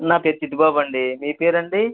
నా పేరు చిట్టిబాబండి మీ పేరు అండి